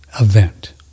event